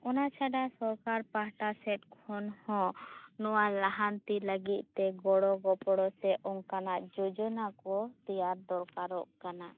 ᱚᱱᱟ ᱪᱷᱟᱰᱟ ᱥᱚᱨᱠᱟᱨ ᱯᱟᱦᱴᱟ ᱥᱮᱫ ᱠᱷᱚᱱᱦᱚᱸ ᱱᱚᱣᱟ ᱞᱟᱦᱟᱱᱛᱤ ᱞᱟᱹᱜᱤᱫ ᱛᱮ ᱜᱚᱲᱚ ᱜᱚᱯᱚᱲᱚ ᱥᱮ ᱚᱱᱠᱟᱱᱟᱜ ᱡᱳᱡᱳᱱᱟ ᱠᱚ ᱛᱮᱭᱟᱨ ᱫᱚᱨᱠᱟᱨᱚᱜ ᱠᱟᱱᱟ